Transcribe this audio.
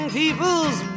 people's